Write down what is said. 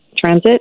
transit